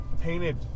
Painted